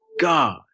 god